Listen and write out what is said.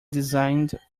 designed